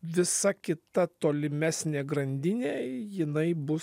visa kita tolimesnė grandinė jinai bus